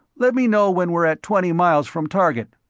let me know when we're at twenty miles from target.